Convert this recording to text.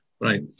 Right